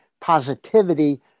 positivity